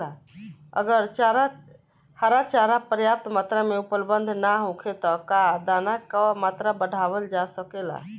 अगर हरा चारा पर्याप्त मात्रा में उपलब्ध ना होखे त का दाना क मात्रा बढ़ावल जा सकेला?